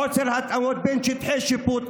חוסר התאמה בין שטחי שיפוט,